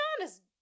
honest